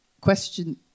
Question